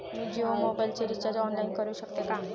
मी जियो मोबाइलचे recharge online करू शकते का?